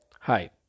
Hi